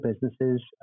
businesses